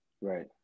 Right